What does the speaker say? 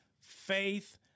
Faith